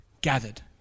gathered